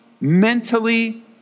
mentally